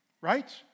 Right